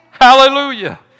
Hallelujah